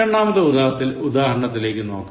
രണ്ടാമത്തെ ഉദാഹരണത്തിലേക്ക് നോക്കാം